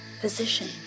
Physician